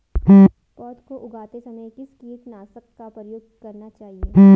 पौध को उगाते समय किस कीटनाशक का प्रयोग करना चाहिये?